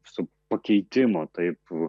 su pakeitimo taip